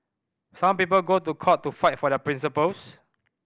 some people go to court to fight for their principles